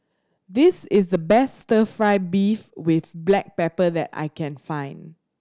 this is the best Stir Fry beef with black pepper that I can find